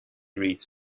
rate